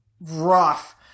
rough